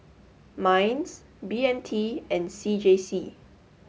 MINDS B M T and C J C